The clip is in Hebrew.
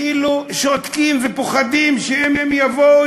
כאילו שותקים ופוחדים שאם יבואו,